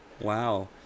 wow